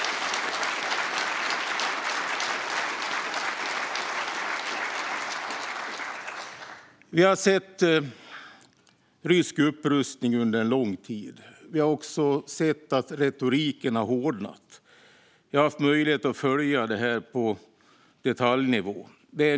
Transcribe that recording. Vi har sett rysk upprustning under lång tid. Vi har också sett att retoriken har hårdnat. Vi har haft möjlighet att följa det här på detaljnivå.